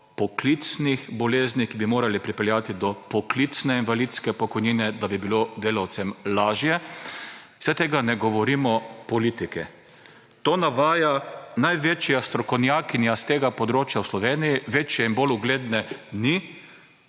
poklicnih bolezni, ki bi morale pripeljati do poklicne invalidske pokojnine, da bi bilo delavcem lažje? Saj tega ne govorimo politiki. To navaja največja strokovnjakinja s tega področja v Sloveniji, večje in bolj ugledne ni,